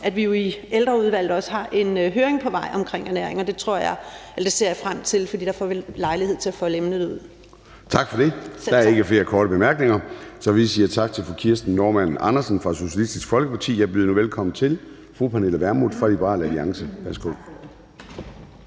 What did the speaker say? at vi jo i Ældreudvalget også har en høring på vej omkring ernæring, og det ser jeg frem til, for der får vi lejlighed til at folde emnet ud. Kl. 10:15 Formanden (Søren Gade): Tak for det. Der er ikke flere korte bemærkninger, så vi siger tak til fru Kirsten Normann Andersen fra Socialistisk Folkeparti. Jeg byder nu velkommen til fru Pernille Vermund fra Liberal Alliance. Værsgo.